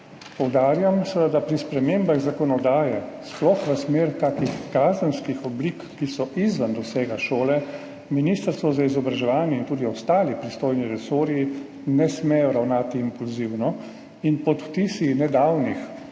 Poudarjam, da pri spremembah zakonodaje, sploh v smeri kakšnih kazenskih oblik, ki so izven dosega šole, ministrstvo za izobraževanje in tudi ostali pristojni resorji ne smejo ravnati impulzivno in pod vtisi nedavnih